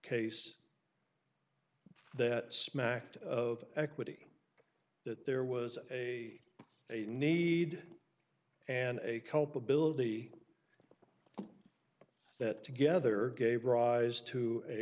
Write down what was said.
case that smacked of equity that there was a a need and a culpability that together gave rise to a